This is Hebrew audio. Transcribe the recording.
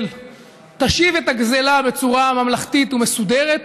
תשיב את הגזלה בצורה ממלכתית ומסודרת,